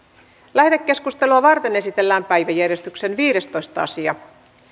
lähetekeskustelua varten esitellään päiväjärjestyksen viidestoista asia